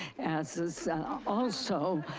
as is also